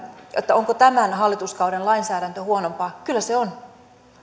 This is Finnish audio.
onko tämän hallituskauden lainsäädäntö huonompaa kyllä se on